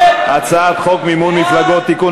הצעת חוק מימון מפלגות (תיקון,